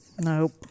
Nope